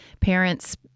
parents